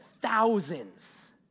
thousands